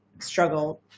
struggle